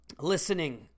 listening